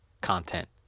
content